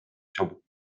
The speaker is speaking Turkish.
çabuk